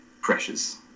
pressures